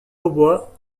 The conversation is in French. hautbois